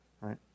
right